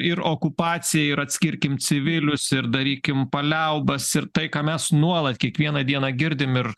ir okupacija ir atskirkim civilius ir darykim paliaubas ir tai ką mes nuolat kiekvieną dieną girdim ir